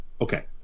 okay